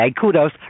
kudos